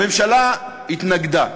הממשלה התנגדה.